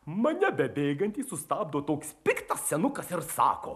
mane bebėgantį sustabdo toks piktas senukas ir sako